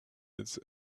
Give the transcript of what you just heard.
its